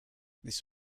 this